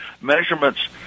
Measurements